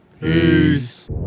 Peace